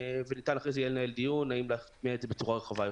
וניתן יהיה אחרי זה יהיה לנהל דיון האם להטמיע את זה בצורה רחבה יותר.